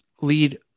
lead